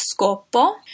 scopo